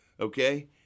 okay